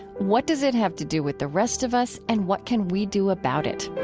what does it have to do with the rest of us, and what can we do about it